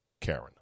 Karen